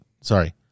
sorry